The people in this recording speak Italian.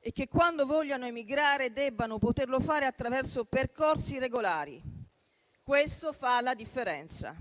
e, quando vogliano emigrare, debbano poterlo fare attraverso percorsi regolari. Questo fa la differenza.